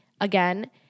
again